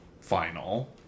final